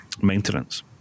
Maintenance